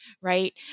right